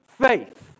faith